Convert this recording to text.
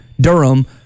Durham